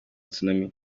tsunami